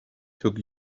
took